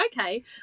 okay